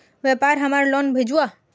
व्यापार हमार लोन भेजुआ?